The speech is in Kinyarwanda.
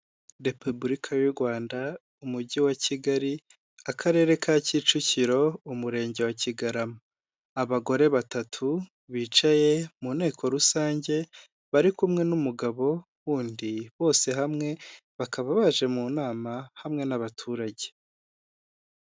Repubulika y'u Rwanda, Umujyi wa Kigali, Akarere ka Kicukiro, Umurenge wa Kigarama. Abagore batatu bicaye mu nteko rusange, bari kumwe n'umugabo wundi, bose hamwe bakaba baje mu nama hamwe n'abaturage.